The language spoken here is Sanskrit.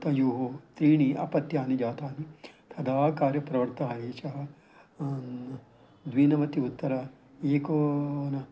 तयोः त्रीणि अपत्यानि जातानि तदा कार्यप्रवृत्ताः एषः द्विनवति उत्तर एकोन